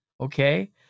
okay